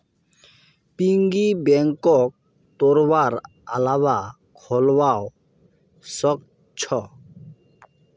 piggy बैंकक तोडवार अलावा खोलवाओ सख छ